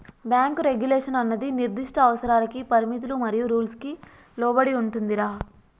bank regulation అన్నది నిర్దిష్ట అవసరాలకి పరిమితులు మరియు రూల్స్ కి లోబడి ఉంటుందిరా